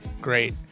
great